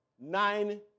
Nine